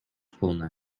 пулнӑ